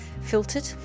filtered